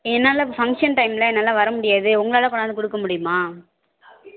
என்னால் ஃபங்க்ஷன் டைமில் என்னால் வரமுடியாது உங்களால் கொண்டாந்து கொடுக்க முடியுமா